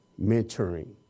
mentoring